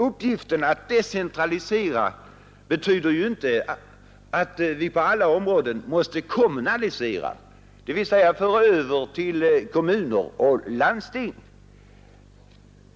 Uppgiften att decentralisera betyder inte att vi på alla områden måste kommunalisera, dvs. föra över till kommuner och landsting.